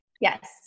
Yes